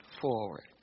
forward